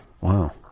Wow